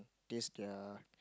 taste their